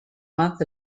month